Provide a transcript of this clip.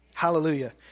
Hallelujah